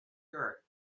dirt